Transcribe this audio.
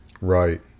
Right